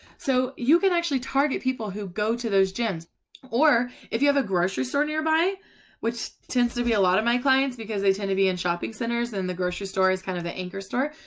so you can actually target. people who go to those gyms or if you have a grocery store nearby which tends to be a. lot of my clients because they tend to be in shopping. centers in the grocery store is kind of an anchor store.